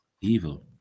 evil